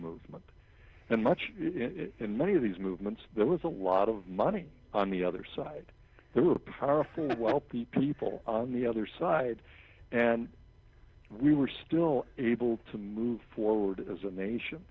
movement and much and many of these movements there was a lot of money on the other side there were powerful and wealthy people on the other side and we were still able to move forward as a nation